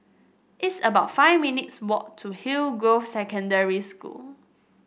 it's about five minutes' walk to Hillgrove Secondary School